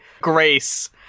grace